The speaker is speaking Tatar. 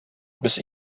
без